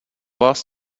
vás